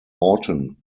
morton